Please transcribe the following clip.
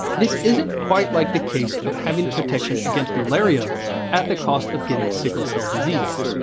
this isn't quite like the case of having protection against malaria at the cost of getting sickle cell disease.